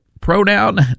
Pronoun